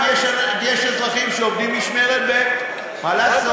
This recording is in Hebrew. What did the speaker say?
כי יש אזרחים שעובדים משמרת ב', מה לעשות.